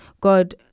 God